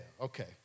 okay